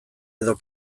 edo